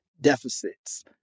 deficits